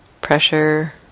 pressure